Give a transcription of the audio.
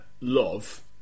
love